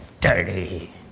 dirty